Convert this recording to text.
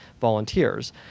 volunteers